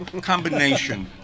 combination